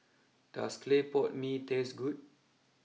does Claypot Mee taste good